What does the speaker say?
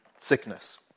sickness